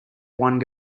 one